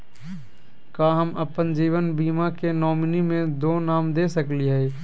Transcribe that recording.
का हम अप्पन जीवन बीमा के नॉमिनी में दो नाम दे सकली हई?